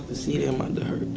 see their mother